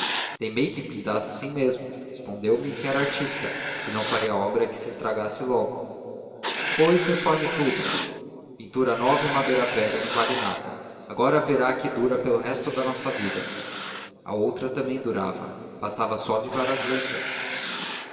via teimei que pintasse assim mesmo respondeu-me que era artista e não faria obra que se estragasse logo pois reforme tudo pintura nova em madeira velha não vale nada agora verá que dura pelo resto da nossa vida a outra também durava bastava só avivar as letras